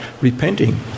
repenting